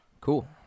Cool